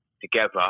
together